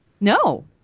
No